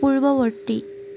পূৰ্ৱবৰ্তী